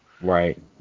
Right